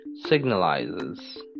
signalizes